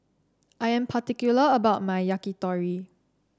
I am particular about my Yakitori